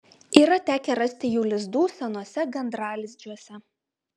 yra tekę rasti jų lizdų senuose gandralizdžiuose